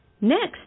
Next